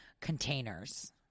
containers